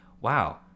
wow